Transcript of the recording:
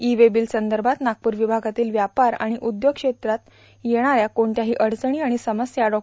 E चे bill संदर्भात वागपूर विभागातील व्यापार आणि उद्योग क्षेत्राला येणाऱ्या कोणत्याही अडचणी आणि समस्या डॉ